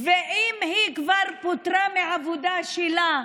ואם היא כבר פוטרה מהעבודה שלה,